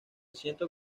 siento